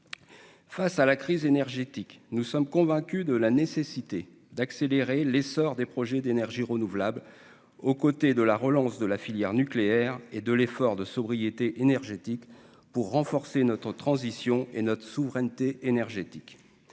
face à la crise énergétique, nous sommes convaincus de la nécessité d'accélérer l'essor des projets d'énergie renouvelable, aux côtés de la relance de la filière nucléaire et de l'effort de sobriété énergétique pour renforcer notre transition et notre souveraineté énergétique